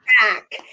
back